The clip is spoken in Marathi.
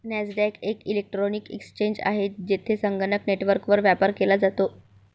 नॅसडॅक एक इलेक्ट्रॉनिक एक्सचेंज आहे, जेथे संगणक नेटवर्कवर व्यापार केला जातो